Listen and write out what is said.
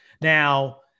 Now